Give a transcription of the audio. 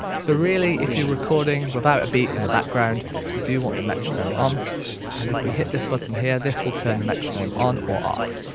so really if you're recording without a beat in the background you do want the metronome on um and if we hit this button here this will turn the metronome on or off.